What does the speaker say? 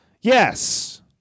Yes